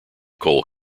coal